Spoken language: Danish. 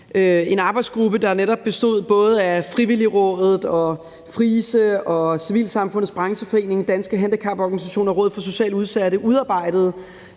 en arbejdsgruppe, der netop bestod af både Frivilligrådet, FriSe, Civilsamfundets Brancheforening, Danske Handicaporganisationer og Rådet for Socialt Udsatte, udarbejdede